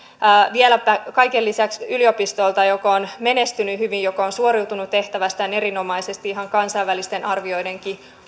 vieläpä kaiken lisäksi yliopistolta joka on menestynyt hyvin joka on suoriutunut tehtävästään erinomaisesti ihan kansainvälistenkin arvioiden